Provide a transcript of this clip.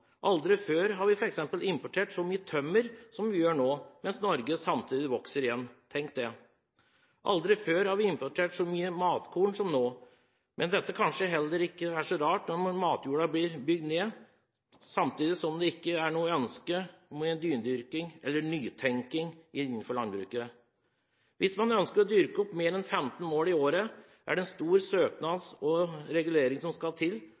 Aldri før har vi f.eks. importert så mye tømmer som vi gjør nå, mens Norge samtidig vokser igjen – tenk det! Aldri ført har vi importert så mye matkorn som nå. Men dette er kanskje heller ikke så rart når matjorda bygges ned, samtidig som det ikke er noe ønske om nydyrking – eller nytenking – innenfor landbruket. Hvis man ønsker å dyrke opp mer enn 15 mål i året, er det en omfattende søknadsprosess og reguleringer som skal til,